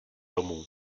domů